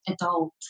adult